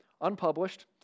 unpublished